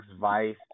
Vice